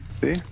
See